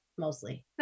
Mostly